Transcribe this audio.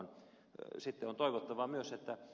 sitten on toivottavaa myös että ed